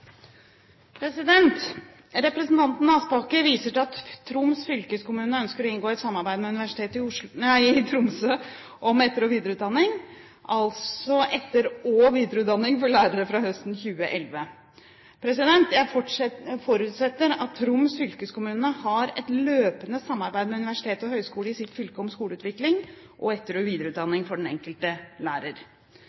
Representanten Aspaker viser til at Troms fylkeskommune ønsker å inngå et samarbeid med Universitetet i Tromsø om etter- og videreutdanning, altså etter- og videreutdanning, for lærere fra høsten 2011. Jeg forutsetter at Troms fylkeskommune har et løpende samarbeid med universitet og høyskoler i sitt fylke om skoleutvikling og etter- og